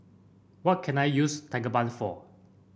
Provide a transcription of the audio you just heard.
what can I use Tigerbalm for